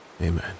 amen